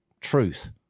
truth